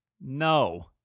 No